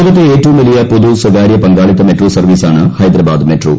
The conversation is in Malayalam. ലോകത്തെ ഏറ്റവും വലിയ പൊതു സ്വകാരൃ പങ്കാളിത്ത മെട്രോ സർവീസാണ് ഹൈദരാബാദ് മെട്രോ